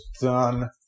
done